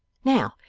now,